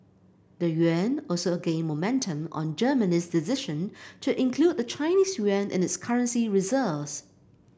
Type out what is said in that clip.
the yuan also gained momentum on Germany's decision to include the Chinese yuan in its currency reserves